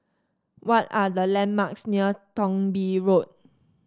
what are the landmarks near Thong Bee Road